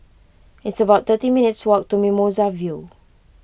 it's about thirty minutes' walk to Mimosa View